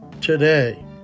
today